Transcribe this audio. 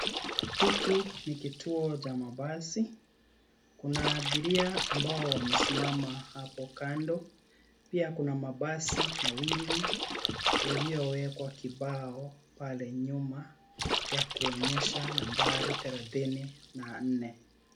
Hiki ni kituo cha mabasi. Kuna abiria ambao wamesimama hapo kando. Pia kuna mabasi mawili yaliyowekwa kibao pale nyuma cha kuonyesha nambari thelathini na nne.